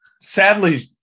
Sadly